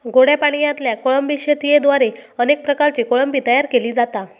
गोड्या पाणयातल्या कोळंबी शेतयेद्वारे अनेक प्रकारची कोळंबी तयार केली जाता